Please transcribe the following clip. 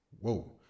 Whoa